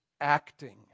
acting